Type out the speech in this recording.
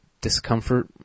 discomfort